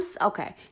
Okay